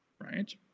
right